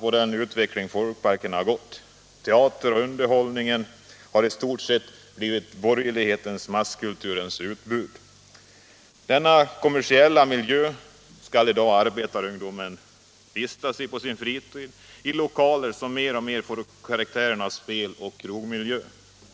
på den utveckling som folkparkerna har fått. Teater och underhållning har i stort sett blivit borgerlighetens masskulturutbud. Denna kommersiella miljö skall i dag arbetarungdomen vistas i på sin fritid, i lokaler som mer och mer får karaktären av speloch krogmiljö.